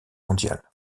mondiale